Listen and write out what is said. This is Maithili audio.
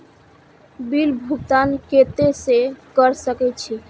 बिल भुगतान केते से कर सके छी?